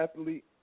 athlete